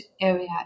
area